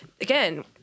again